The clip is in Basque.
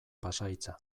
pasahitza